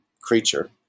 creature